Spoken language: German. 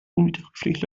unwiderruflich